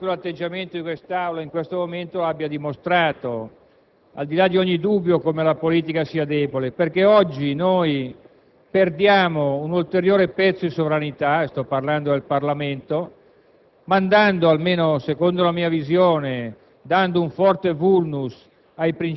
unanimemente si dice di questi tempi che la politica è debole. Mi sembra che proprio l'atteggiamento dell'Assemblea in questo momento abbia dimostrato, al di là di ogni dubbio, come la politica sia debole perché oggi noi perdiamo un ulteriore pezzo di sovranità - sto parlando del Parlamento